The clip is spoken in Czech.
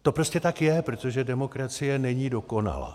To prostě tak je, protože demokracie není dokonalá.